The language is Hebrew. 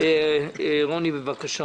רוני, בבקשה.